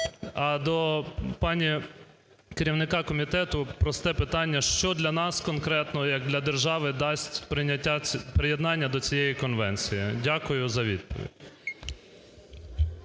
А до пані керівника комітету просте питання. Що для нас конкретно як для держави дасть приєднання до цієї конвенції? Дякую за відповідь.